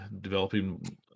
developing